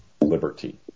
liberty